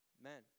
Amen